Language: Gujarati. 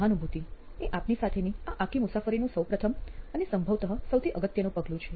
સહાનુભૂતિ એ આપની સાથેની આ આખી મુસાફરીનું સૌપ્રથમ અને સંભવત સૌથી અગત્યનું પગલું છે